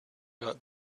got